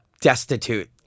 destitute